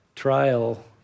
trial